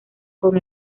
con